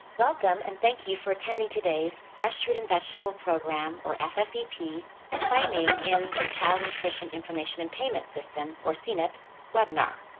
welcome and thank you for attending today's fresh fruit and vegetable program or ffvp claiming in the child nutrition information and payment system or cnips webinar.